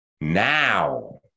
now